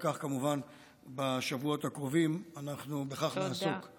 כמובן שבשבועות הקרובים נעסוק בכך.